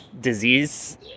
disease